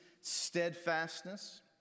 steadfastness